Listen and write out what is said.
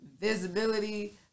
visibility